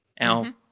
Now